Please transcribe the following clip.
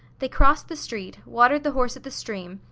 they crossed the street, watered the horse at the stream,